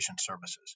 services